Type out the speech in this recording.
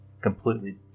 completely